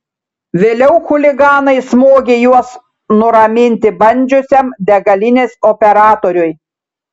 vėliau chuliganai smogė juos nuraminti bandžiusiam degalinės operatoriui